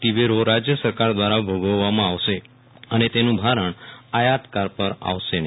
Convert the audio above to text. T વેરો રાજ્ય સરકાર દ્વારા ભોગવવામાં આવશે અને તેનું ભારણ આયાતકાર પેર આવશે નહી